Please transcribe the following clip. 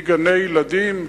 גני-ילדים,